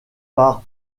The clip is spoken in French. par